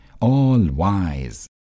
All-Wise